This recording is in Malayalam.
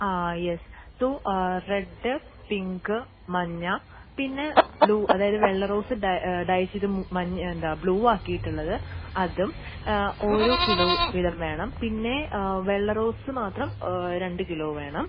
ആ യെസ് റെഡ് പിങ്ക് മഞ്ഞ പിന്നെ ബ്ലൂ അതായത് വെള്ള റോസ് ഡൈ ചെയ്ത് മഞ്ഞ എന്താണ് ബ്ലൂ ആക്കിയിട്ടുള്ളത് അതും ഓരോ കിലോ വീതം വേണം പിന്നെ വെള്ള റോസ് മാത്രം രണ്ട് കിലോ വേണം